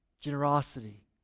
generosity